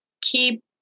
keep